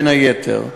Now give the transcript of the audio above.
בין היתר,